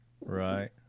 Right